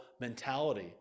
mentality